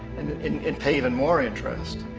and pay even more interest.